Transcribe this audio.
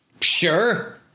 Sure